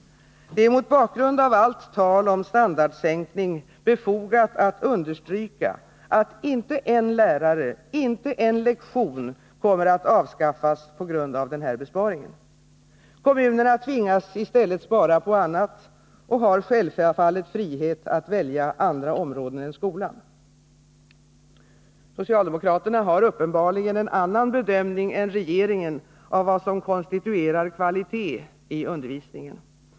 Det är mot bakgrund av allt tal om standardsänkning befogat att understryka att inte en lärare, inte en lektion, kommer att avskaffas genom den här besparingen. Kommunerna tvingas i stället spara på annat och har självfallet frihet att välja andra områden än skolan. Socialdemokraterna har uppenbarligen en annan bedömning än regeringen av vad som konstituerar kvalitet i undervisningen.